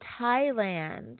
Thailand